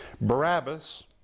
Barabbas